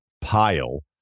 pile